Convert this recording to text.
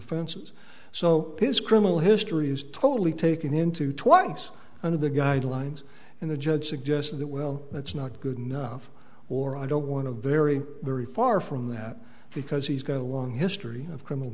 offenses so his criminal history is totally taken into twice under the guidelines and the judge suggest that well that's not good enough or i don't want to very very far from that because he's got a long history of criminal